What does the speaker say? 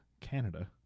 Canada